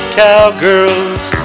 cowgirls